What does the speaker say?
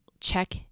check